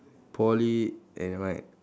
Poly eh nevermind